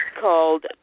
called